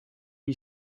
you